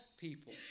people